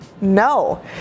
No